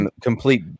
complete